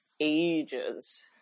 ages